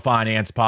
Finance